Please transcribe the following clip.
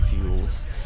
fuels